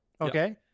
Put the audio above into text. Okay